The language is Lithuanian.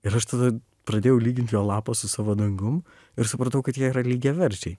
ir aš tada pradėjau lygint jo lapą su savo dangum ir supratau kad jie yra lygiaverčiai